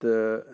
تہٕ